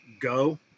go